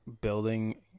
building